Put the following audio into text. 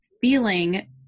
Feeling